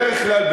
בדרך כלל,